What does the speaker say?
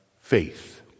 faith